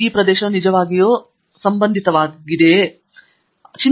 ಈ ಪ್ರದೇಶವು ನಿಜವಾಗಿಯೂ ಸಂಬಂಧಿತವಾದುದೇ